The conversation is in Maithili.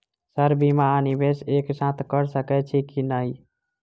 सर बीमा आ निवेश एक साथ करऽ सकै छी की न ई?